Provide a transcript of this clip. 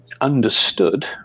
understood